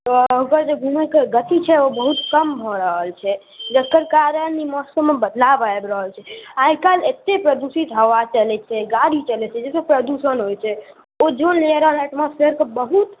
घूमैके गति छै ओ बहुत कम भऽ रहल छै जकर कारण ई मौसममे बदलाव आबि रहल छै आई काल्हि एते प्रदूषित हवा चलै छै गाड़ी चलै छै जैसे प्रदूषण होइ छै ओ धूल वगैरह एटमोसफेयरके बहुत